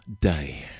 day